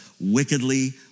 wickedly